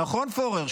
נכון, פורר?